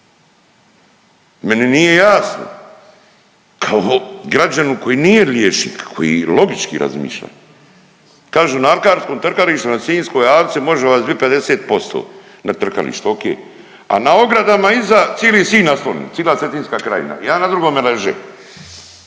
Meni nije jasno kao građaninu koji nije liječnik koji logički razmišlja, kažu na alkarskom trkalištu na Sinjskoj alci može vas bit 50% na trkalištu, ok, a na ogradama iza cili Sinj naslonjen, cila Cetinska krajina jedan na drugome leže